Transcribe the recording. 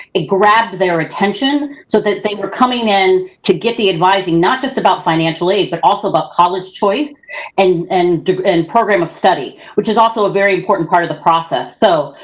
it grabbed their attention so that they were coming in to get the advising, not just about financial aid, but also about college choice and and and program of study, which has also a very important part of the process. so,